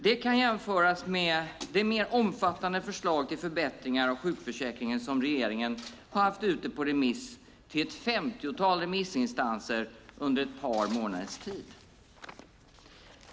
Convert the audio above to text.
Det kan jämföras med det mer omfattande förslag till förbättringar av sjukförsäkringen som regeringen har haft ute på remiss till ett femtiotal remissinstanser under ett par månaders tid.